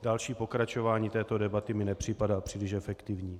Další pokračování této debaty mi nepřipadá příliš efektivní.